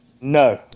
No